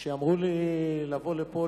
כשאמרו לי לבוא לפה